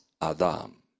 Adam